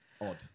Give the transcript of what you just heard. odd